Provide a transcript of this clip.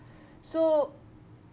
so